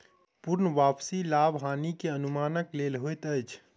पूर्ण वापसी लाभ हानि के अनुमानक लेल होइत अछि